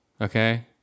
Okay